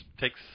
takes